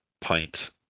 pint